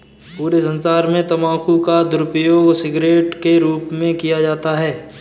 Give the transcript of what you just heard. पूरे संसार में तम्बाकू का दुरूपयोग सिगरेट के रूप में किया जाता है